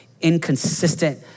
inconsistent